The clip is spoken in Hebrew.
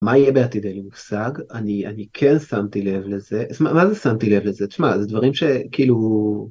מה יהיה בעתיד אין לי מושג, אני כן שמתי לב לזה, מה זה שמתי לב לזה, תשמע, זה דברים שכאילו...